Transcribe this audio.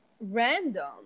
Random